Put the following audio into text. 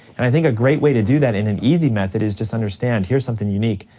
and i think a great way to do that and an easy method is just understand, here's something unique,